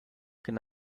can